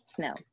no